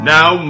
Now